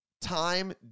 time